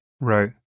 Right